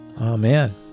Amen